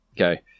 okay